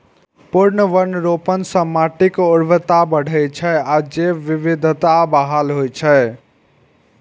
पुनर्वनरोपण सं माटिक उर्वरता बढ़ै छै आ जैव विविधता बहाल होइ छै